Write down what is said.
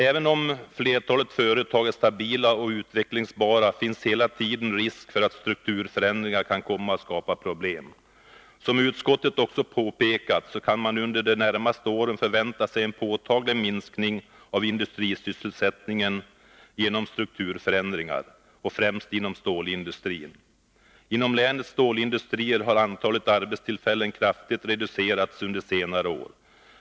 Även om flertalet företag är stabila och utvecklingsbara, finns hela tiden risk för att strukturförändringar kan komma att skapa problem. Som utskottet också påpekat, kan man under de närmaste åren förvänta sig en påtaglig minskning av industrisysselsättningen genom strukturförändringar, främst inom stålindustrin. Inom länets stålindustrier har antalet arbetstillfällen kraftigt reducerats under senare år.